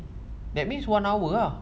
that means one hour ah